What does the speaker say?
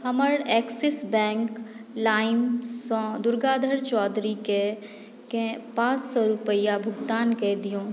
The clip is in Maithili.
हमर एक्सिस बैंक लाइम सँ दुर्गाधर चौधरीकेॅं पाँच सए रूपैआ भुगतान कय दियौ